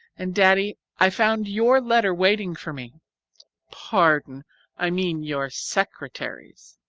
and, daddy, i found your letter waiting for me pardon i mean your secretary's.